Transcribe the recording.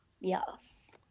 Yes